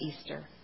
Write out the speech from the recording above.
Easter